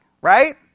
right